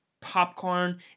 popcorn